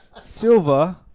Silver